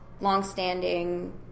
longstanding